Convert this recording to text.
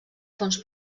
fons